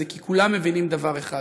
זה כי כולם מבינים דבר אחד: